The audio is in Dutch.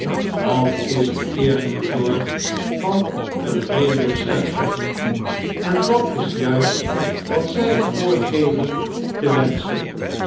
dat is de eerste zorg van een redelijk schepsel en dat is het juist wat zij voorgeven te wenschen